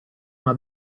una